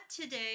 today